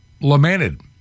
lamented